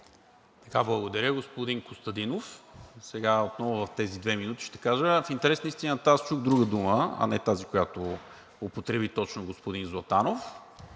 Благодаря, господин Костадинов. Сега отново в тези две минути ще кажа. В интерес на истината аз чух друга дума, а не тази, която употреби точно господин Златанов.